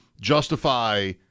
justify